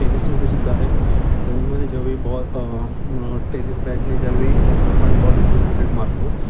टेनिसमदे सुद्धा आहे टेनिसमध्ये ज्यावेळी बॉल टेनिस बॅटने ज्यावेळी आपण बॉल इकडून तिकेट मारतो